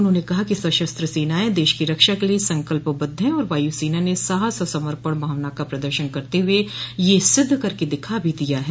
उन्होंने कहा कि सशस्त्र सनाएं देश की रक्षा के लिए संकल्पबद्ध हैं और वायुसेना ने साहस और समर्पण भावना का प्रदर्शन करते हुए यह सिद्ध करक दिखा भी दिया है